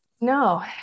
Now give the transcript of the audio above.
No